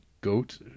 goat